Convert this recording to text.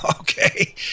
Okay